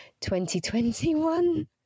2021